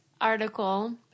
article